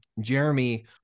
Jeremy